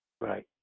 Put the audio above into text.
Right